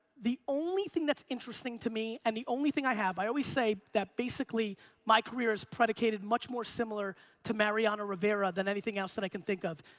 the only thing that's interesting to me, and the only thing i have i always say that basically my career is predicated much more similar to marino rivera than anything else that i can think of.